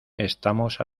estamos